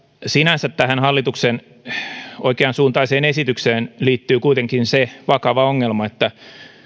sinänsä tähän hallituksen oikeansuuntaiseen esitykseen liittyy kuitenkin se vakava ongelma että